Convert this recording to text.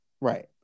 Right